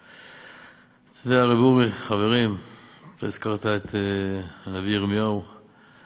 "והדרת פני זקן" הוא עקרון-על ביהדות ונר לרגלי ולרגלי רשות ההון,